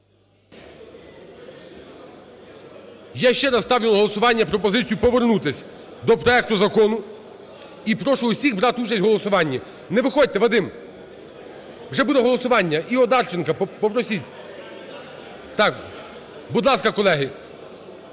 Я ще раз ставлю на голосування пропозицію повернутись до проекту Закону і прошу всіх брати участь у голосуванні. Не виходьте, Вадим, вже буде голосування. І Одарченка попросіть, так. Будь ласка, колеги.